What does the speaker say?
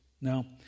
Now